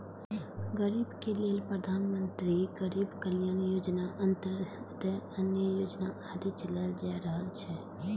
गरीबक लेल प्रधानमंत्री गरीब कल्याण योजना, अंत्योदय अन्न योजना आदि चलाएल जा रहल छै